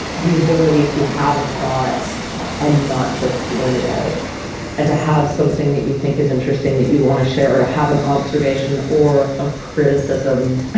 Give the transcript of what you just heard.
the ability to have a thought and not just blurt it out and to have something that you think is interesting that you wanna share or to have an observation or a criticism